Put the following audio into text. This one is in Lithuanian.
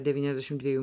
devyniasdešimt dviejų